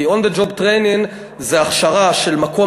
כי on the job training זה הכשרה שמקום